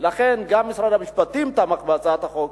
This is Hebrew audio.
ולכן גם משרד המשפטים תמך בהצעת החוק.